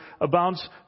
abounds